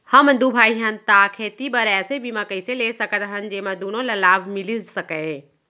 हमन दू भाई हन ता खेती बर ऐसे बीमा कइसे ले सकत हन जेमा दूनो ला लाभ मिलिस सकए?